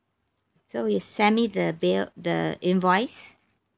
so you send me the bill the invoice